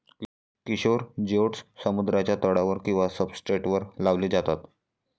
Kishore geodes समुद्राच्या तळावर किंवा सब्सट्रेटवर लावले जातात